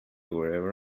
wherever